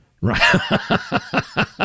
Right